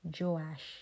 Joash